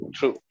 True